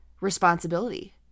responsibility